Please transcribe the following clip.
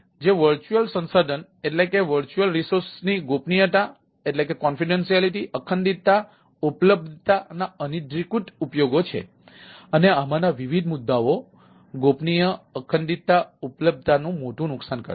તેથી જોખમના અનધિકૃત ઉપયોગો છે અને આમાંના વિવિધ મુદ્દાઓ ગોપનીય અખંડિતતા ઉપલબ્ધતા નું મોટુ નુકશાન છે